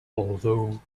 although